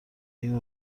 این